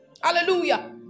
hallelujah